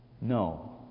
No